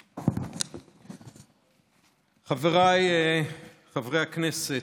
חבריי חברי הכנסת,